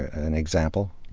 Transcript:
an example?